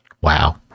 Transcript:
Wow